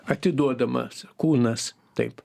atiduodamas kūnas taip